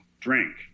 drink